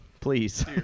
please